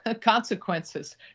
consequences